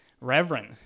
Reverend